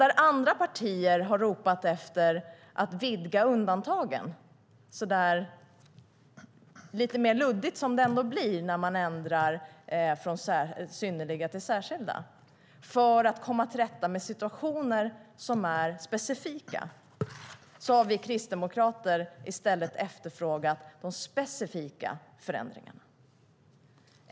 Där andra partier har ropat efter att vidga undantagen, så där lite mer luddigt som det ändå blir när man ändrar från "synnerliga" till "särskilda", för att komma till rätta med situationer som är specifika har vi kristdemokrater i stället efterfrågat de specifika förändringarna.